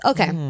Okay